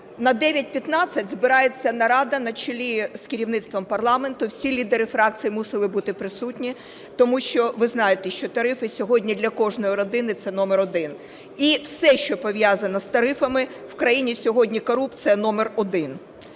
на 9:15 збирається нарада на чолі з керівництвом парламенту, всі лідери фракцій мусили бути присутніми. Тому що, ви знаєте, що тарифи сьогодні для кожної родини – це номер один. І все, що пов'язано з тарифами – в країні сьогодні корупція номер один.